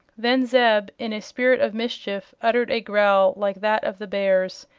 then zeb, in a spirit of mischief, uttered a growl like that of the bears,